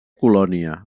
colònia